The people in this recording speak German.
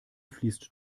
fließt